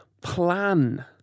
plan